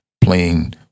playing